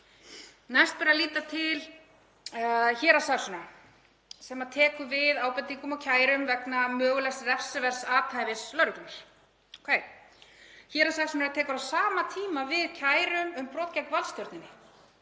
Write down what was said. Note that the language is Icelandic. Næst ber að líta til héraðssaksóknara sem tekur við ábendingum og kærum vegna mögulegs refsiverðs athæfis lögreglunnar. Héraðssaksóknari tekur á sama tíma við kærum um brot gegn valdstjórninni